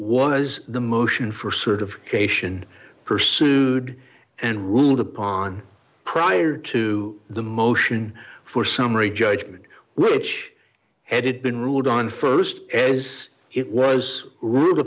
was the motion for certification pursued and ruled upon prior to the motion for summary judgment which had been ruled on st as it was ruled